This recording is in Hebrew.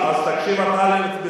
שהתפרסם כביכול כולנו חיכינו לניצחונו,